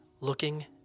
looking